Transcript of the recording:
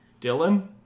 Dylan